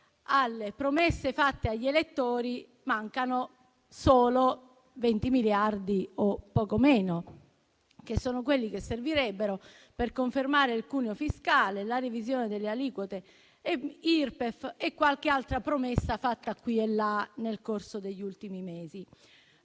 alle promesse fatte agli elettori mancano "solo" venti miliardi o poco meno: quelli che servirebbero per confermare il cuneo fiscale, la revisione delle aliquote Irpef e qualche altra promessa fatta qui e là nel corso degli ultimi mesi.